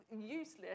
useless